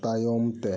ᱛᱟᱭᱚᱢ ᱛᱮ